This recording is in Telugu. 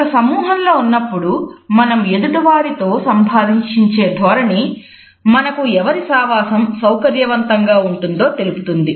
ఒక సమూహంలో ఉన్నప్పుడు మనం ఎదుటివారితో సంభాషించే ధోరణి మనకు ఎవరి సావాసం సౌకర్యవంతంగా ఉంటుందో తెలుపుతుంది